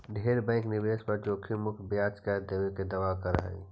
ढेर बैंक निवेश पर जोखिम मुक्त ब्याज दर देबे के दावा कर हई